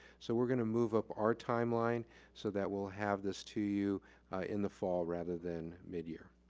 so we're gonna move up our timeline so that we'll have this to you in the fall rather than mid-year.